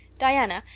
diana,